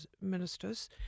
ministers